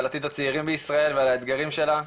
עתיד הצעירים בישראל ועל האתגרים שלה,